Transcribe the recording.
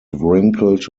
wrinkled